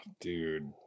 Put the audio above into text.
dude